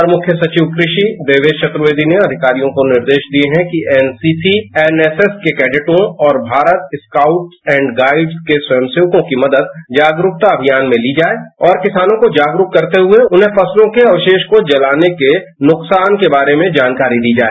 अपर मुख्य सचिव कृषि देवेश चतुर्वेदी ने अधिकारियों को निर्देश दिए हैं कि एनसीसी एनएसएस के कैडेटों और भारत स्काउट एंड गाइड के स्वयंसेकों की मदद जागरूकता अभियान में ली जाए और किसानों को जागरूक करते हुए उन्हें फसलों के अवशेष को जलाने के नुकसान के बारे में जानकारी दी जाए